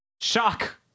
Shock